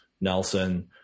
Nelson